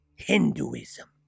Hinduism